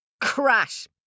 Crash